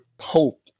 hope